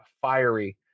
fiery